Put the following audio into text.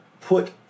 put